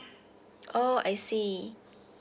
oh I see